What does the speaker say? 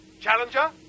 Challenger